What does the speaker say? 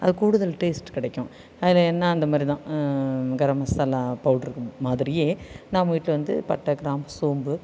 அது கூடுதல் டேஸ்ட் கிடைக்கும் அதில் என்ன இந்த மாதிரி தான் கரம் மசாலா பவுட்ரு மாதிரியே நம்ம வீட்டில் வந்து பட்டை கிராம்பு சோம்பு